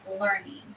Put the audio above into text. learning